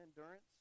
endurance